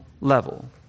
level